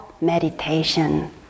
meditation